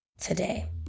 today